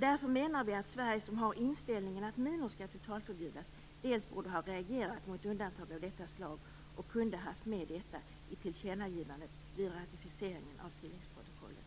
Därför menar vi att Sverige, som har inställningen att minor skall totalförbjudas, dels borde ha reagerat mot undantag av detta slag, dels borde haft med detta i tillkännagivandena vid ratificeringen av tilläggsprotokollet.